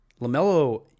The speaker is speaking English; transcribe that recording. LaMelo